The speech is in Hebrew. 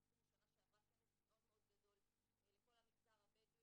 אנחנו עשינו בשנה שעברה כנס מאוד מאוד גדול לכל המגזר הבדואי,